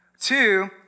Two